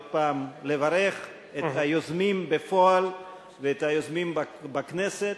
עוד פעם לברך את היוזמים בפועל ואת היוזמים בכנסת,